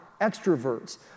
extroverts